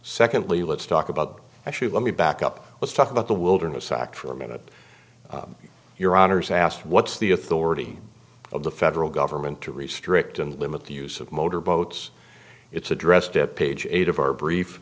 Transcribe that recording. secondly let's talk about i should let me back up let's talk about the wilderness act for a minute your honour's asked what's the authority of the federal government to restrict and limit the use of motor boats it's addressed at page eight of our brief